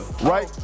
right